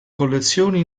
collezioni